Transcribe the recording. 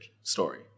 story